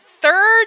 third